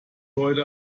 heute